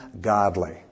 godly